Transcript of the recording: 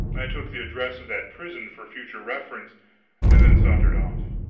i took the address of that prison for future reference and then sauntered off.